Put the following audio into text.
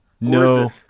No